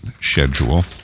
schedule